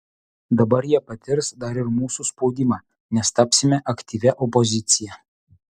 dabar jie patirs dar ir mūsų spaudimą nes tapsime aktyvia opozicija